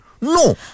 No